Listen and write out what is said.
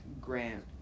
Grant